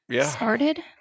started